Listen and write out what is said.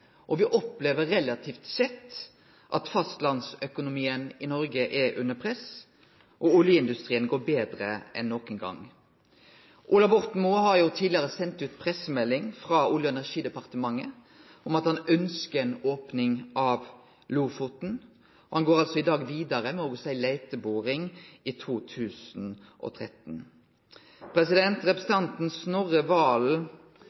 og me opplever relativt sett at fastlandsøkonomien i Noreg er under press, og oljeindustrien går betre enn nokon gong. Ola Borten Moe har tidlegare sendt ut pressemelding frå Olje- og energidepartementet om at han ønskjer ei opning av Lofoten, og han går i dag vidare med å seie leiteboring i 2013.